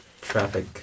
traffic